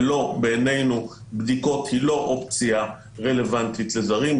ולא בעינינו בדיקות הן לא אופציה רלוונטית לזרים,